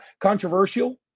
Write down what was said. controversial